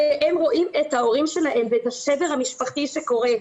הם רואים את ההורים שלהם ואת השבר המשפחתי שקורה,